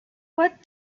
what